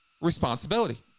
responsibility